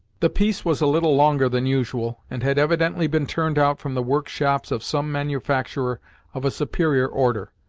the piece was a little longer than usual, and had evidently been turned out from the work shops of some manufacturer of a superior order.